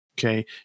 Okay